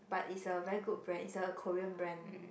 but is a very good brand is a Korean brand